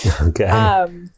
Okay